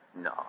No